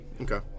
Okay